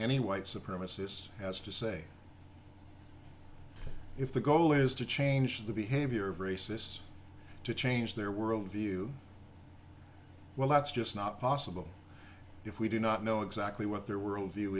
any white supremacist has to say if the goal is to change the behavior of racists to change their world view well that's just not possible if we do not know exactly what their worldview